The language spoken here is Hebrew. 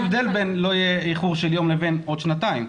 יש הבדל בין 'לא יהיה איחור של יום' לבין 'עוד שנתיים'.